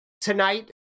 Tonight